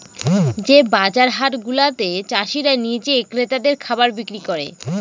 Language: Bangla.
যে বাজার হাট গুলাতে চাষীরা নিজে ক্রেতাদের খাবার বিক্রি করে